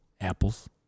apples